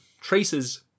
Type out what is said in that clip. traces